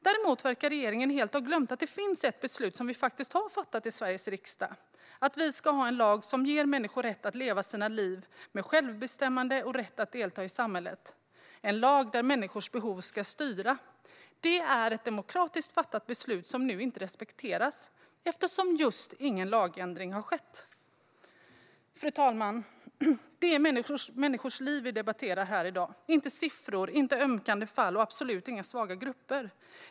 Däremot verkar regeringen helt ha glömt att det finns ett beslut som vi har fattat i Sveriges riksdag: Vi ska ha en lag som ger människor rätt att leva sina liv med självbestämmande och rätt att delta i samhället. Vi ska ha en lag där människors behov ska styra. Detta är ett demokratiskt fattat beslut som nu inte respekteras eftersom ingen lagändring har skett. Fru talman! Det är människors liv vi debatterar här i dag. Det är inte siffror, inte ömmande fall och absolut inga svaga grupper.